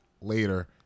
later